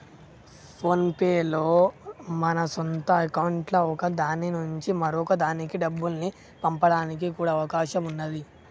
phone pay లో మన సొంత అకౌంట్లలో ఒక దాని నుంచి మరొక దానికి డబ్బుల్ని పంపడానికి కూడా అవకాశం ఉన్నాది